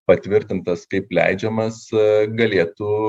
patvirtintas kaip leidžiamas galėtų